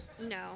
No